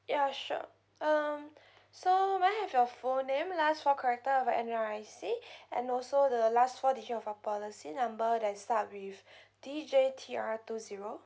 ya sure um so may I have your full name last four character of your N_R_I_C and also the last four digit of your policy number that is start with D J T R two zero